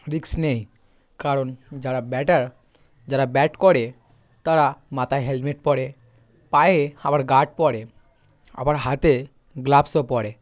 রিক্স নেই কারণ যারা ব্যাটার যারা ব্যাট করে তারা মাথায় হেলমেট পরে পায়ে আবার গার্ড পরে আবার হাতে গ্লাভসও পরে